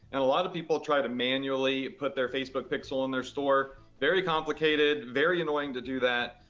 and a lot of people try to manually put their facebook pixel in their store. very complicated, very annoying to do that.